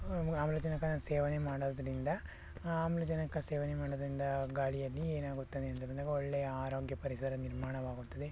ಆಮ್ಲಜನಕದ ಸೇವನೆ ಮಾಡೋದರಿಂದ ಆ ಆಮ್ಲಜನಕ ಸೇವನೆ ಮಾಡೋದರಿಂದ ಗಾಳಿಯಲ್ಲಿ ಏನಾಗುತ್ತದೆ ಅಂತ ಬಂದಾಗ ಒಳ್ಳೆಯ ಆರೋಗ್ಯ ಪರಿಸರ ನಿರ್ಮಾಣವಾಗುತ್ತದೆ